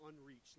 unreached